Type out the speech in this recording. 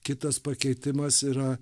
kitas pakeitimas yra